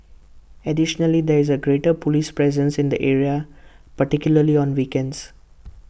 additionally there is A greater Police presence in the area particularly on weekends